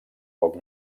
poc